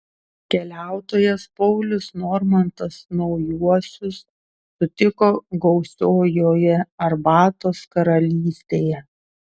keliautojas paulius normantas naujuosius sutiko gausiojoje arbatos karalystėje